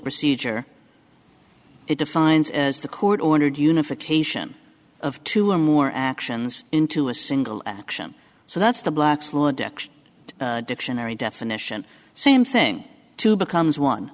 procedure it defines as the court ordered unification of two or more actions into a single action so that's the black's law decks dictionary definition same thing to becomes